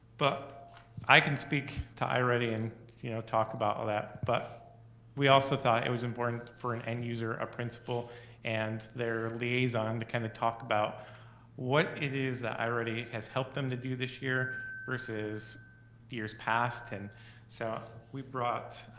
but i can speak to i-ready and you know talk about all that, but we also thought it was important for an end user, a principal and their liaison um to kind of talk about what it is that i-ready has helped them do this year versus years past. and so we brought